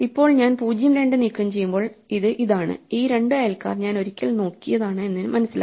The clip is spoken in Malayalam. ഇപ്പോൾ ഞാൻ 0 2 നീക്കംചെയ്യുമ്പോൾ ഇത് ഇതാണ് ഈ രണ്ടു അയൽക്കാർ ഞാൻ ഒരിക്കൽ നോക്കിയതാണ് എന്ന് മനസിലായി